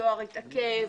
הדואר התעכב,